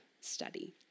study